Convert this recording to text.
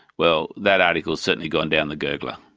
well, that article has certainly gone down the gurgler.